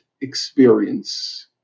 experience